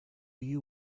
you